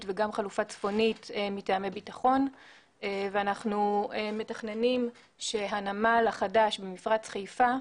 וגם חלופה צפונית מטעמי ביטחון ואנחנו מתכננים שהנמל החדש במפרץ חיפה,